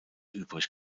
übrig